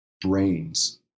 brains